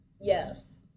yes